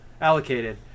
allocated